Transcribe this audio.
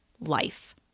life